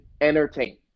entertain